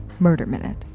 MurderMinute